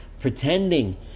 pretending